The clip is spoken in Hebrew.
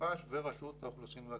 מתפ"ש ורשות האוכלוסין וההגירה.